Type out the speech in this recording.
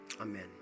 Amen